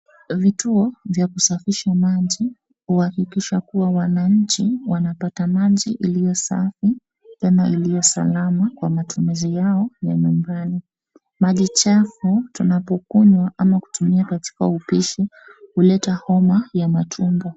vituo vya kusaisha maji kuhakikisha wanaanchi wanapata maji iliyosafi tena iliyo salama kwa matumizi yao ya nyumbani. Maji chafu tunapokunwa au tunapotumia katika upishi huleta homa ya matumbo.